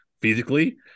physically